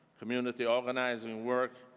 community organizing work,